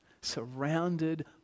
surrounded